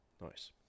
Nice